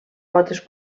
potes